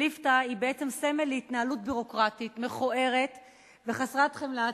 ליפתא היא בעצם סמל להתנהלות ביורוקרטית מכוערת וחסרת חמלה.